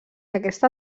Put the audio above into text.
aquesta